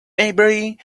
maybury